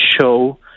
show